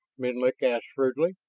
menlik asked shrewdly.